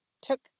took